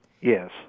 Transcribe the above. Yes